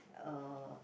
uh